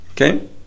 okay